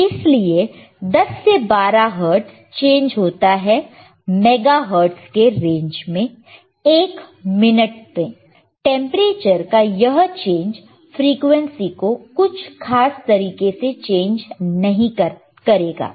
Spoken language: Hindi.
तो इसलिए यदि 10 से 12 हर्ट्ज़ चेंज होता है मेगा हर्ट्ज़ के रेंज में 1 मिनट में टेंपरेचर का यह चेंज फ्रीक्वेंसी को कुछ खास तरीके से चेंज नहीं करेगा